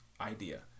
idea